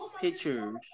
pictures